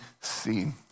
seen